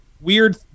weird